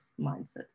mindset